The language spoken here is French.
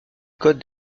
code